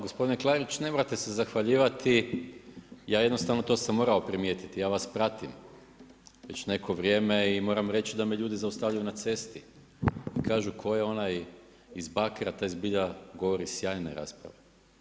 Gospodine Klarić, ne morate se zahvaljivati, ja jednostavno to sam morao primijetiti, ja vas pratim već neko vrijeme i moram reći da me ljudi zaustavljaju na cesti i kažu tko je onaj iz Bakra, taj zbilja govori sjajne rasprave.